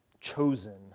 chosen